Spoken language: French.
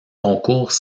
concours